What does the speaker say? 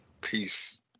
Peace